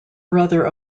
brother